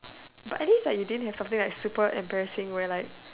but I guess like you didn't have something super embarrassing where like